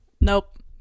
nope